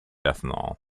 ethanol